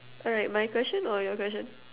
alright my question or your question